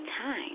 time